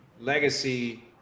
legacy